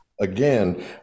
again